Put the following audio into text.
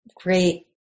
great